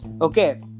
Okay